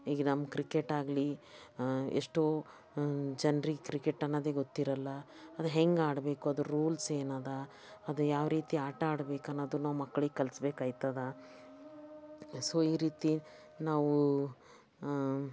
ಈಗ ನಮ್ಮ ಕ್ರಿಕೆಟ್ ಆಗಲಿ ಎಷ್ಟೋ ಜನ್ರಿಗೆ ಕ್ರಿಕೆಟ್ ಅನ್ನೊದೇ ಗೊತ್ತಿರೋಲ್ಲ ಅದು ಹೆಂಗೆ ಆಡಬೇಕು ಅದ್ರ ರೂಲ್ಸ್ ಏನಿದೆ ಅದು ಯಾವ ರೀತಿ ಆಟ ಆಡ್ಬೇಕು ಅನ್ನೋದು ನಾವು ಮಕ್ಳಿಗೆ ಕಲ್ಸ್ಬೇಕು ಆಯ್ತದೆ ಸೊ ಈ ರೀತಿ ನಾವು